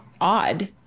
odd